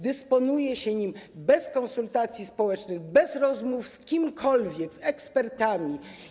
Dysponuje się nim bez konsultacji społecznych, bez rozmów z kimkolwiek, z ekspertami.